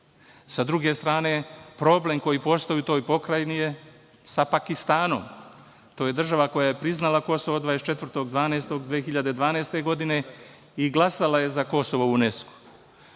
Sa druge strane, problem koji postoji u toj pokrajini je sa Pakistanom. To je država koja je priznala Kosovo 24. decembra 2012. godine i glasala je za Kosovo u UNESKO-u.